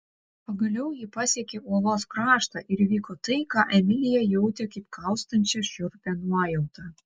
pagaliau ji pasiekė uolos kraštą ir įvyko tai ką emilija jautė kaip kaustančią šiurpią nuojautą